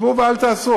שבו ואל תעשו.